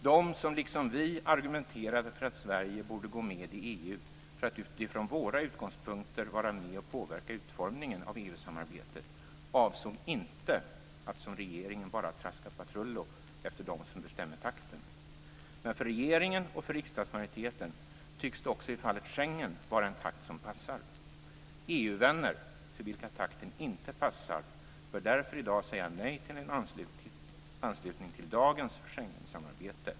De som liksom vi argumenterade för att Sverige borde gå med i EU för att utifrån våra utgångspunkter vara med och påverka utformningen av EU-samarbetet avsåg inte att som regeringen bara traska patrull efter dem som bestämmer takten. Men för regeringen och riksdagsmajoriteten tycks det också i fallet Schengen vara en takt som passar. EU-vänner för vilka takten inte passar bör därför i dag säga nej till en anslutning till dagens Schengensamarbete.